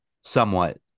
somewhat